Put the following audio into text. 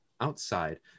outside